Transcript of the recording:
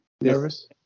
Nervous